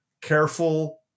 careful